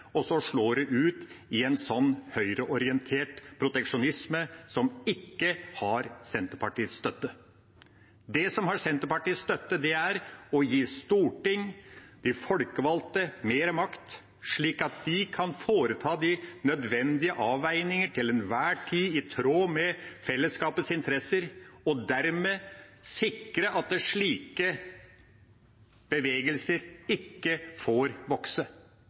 og så slår det ut i en høyreorientert proteksjonisme som ikke har Senterpartiets støtte. Det som har Senterpartiets støtte, er å gi storting, de folkevalgte, mer makt, slik at de kan foreta de nødvendige avveininger til enhver tid i tråd med fellesskapets interesser og dermed sikre at slike bevegelser ikke får vokse.